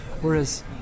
Whereas